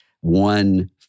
one